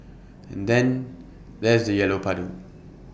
and then there's the yellow puddle